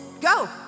go